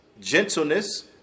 gentleness